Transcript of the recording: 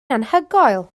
anhygoel